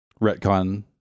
retcon